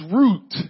root